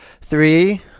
Three